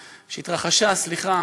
סליחה,